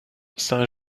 saint